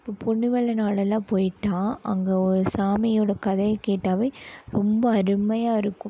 இப்போ பொன்னி மலை நாடெல்லாம் போய்ட்டால் அங்கே ஒரு சாமியோடய கதையை கேட்டாவே ரொம்ப அருமையாக இருக்கும்